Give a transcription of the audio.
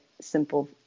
simple